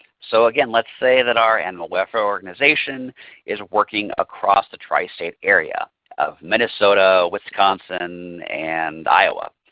so again let's say that our animal welfare organization is working across the tri-state area of minnesota, wisconsin, and iowa.